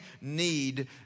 need